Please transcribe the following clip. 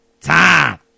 time